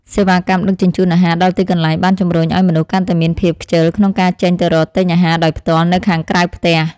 សេវាកម្មដឹកជញ្ជូនអាហារដល់ទីកន្លែងបានជម្រុញឲ្យមនុស្សកាន់តែមានភាពខ្ជិលក្នុងការចេញទៅរកទិញអាហារដោយផ្ទាល់នៅខាងក្រៅផ្ទះ។